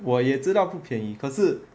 我也知道不便宜可是